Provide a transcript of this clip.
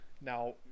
Now